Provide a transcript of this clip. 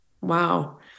Wow